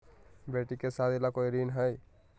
बेटी के सादी ला कोई ऋण हई?